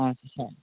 ଆଚ୍ଛା